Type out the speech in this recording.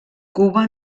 cuba